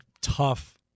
tough